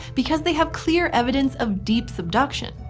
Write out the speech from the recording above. because they have clear evidence of deep subduction.